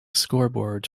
scoreboards